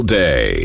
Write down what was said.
day